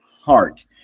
heart